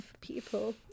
people